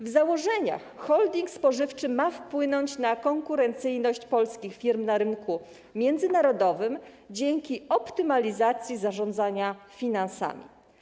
W założeniach holding spożywczy ma wpłynąć na konkurencyjność polskich firm na rynku międzynarodowym dzięki optymalizacji zarządzania finansami.